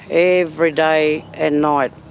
every day and night.